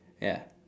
ya